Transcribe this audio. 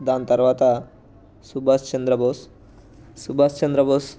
దాన్ తర్వాత సుభాష్ చంద్రబోస్ సుభాష్ చంద్రబోస్